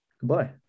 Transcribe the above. Goodbye